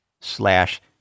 slash